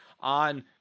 on